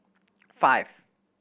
five